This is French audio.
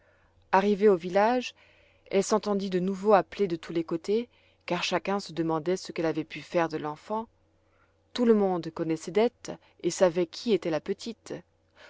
arrivée au village elle s'entendit de nouveau appeler de tous les côtés car chacun se demandait ce qu'elle avait pu faire de l'enfant tout le monde connaissait dete et savait qui était la petite